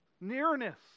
nearness